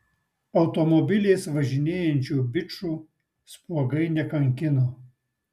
automobiliais važinėjančių bičų spuogai nekankino